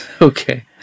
Okay